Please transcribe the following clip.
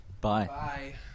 Bye